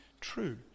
true